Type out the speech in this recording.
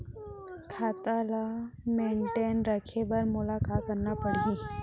खाता ल मेनटेन रखे बर मोला का करना पड़ही?